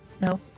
No